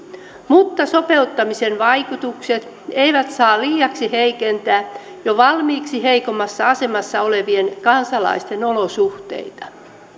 mutta sopeuttamisen vaikutukset eivät saa liiaksi heikentää jo valmiiksi heikommassa asemassa olevien kansalaisten olosuhteita myöskin